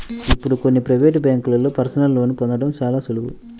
ఇప్పుడు కొన్ని ప్రవేటు బ్యేంకుల్లో పర్సనల్ లోన్ని పొందడం చాలా సులువు